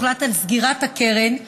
הוחלט על סגירת הקרן.